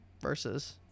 Versus